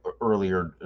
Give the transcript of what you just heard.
earlier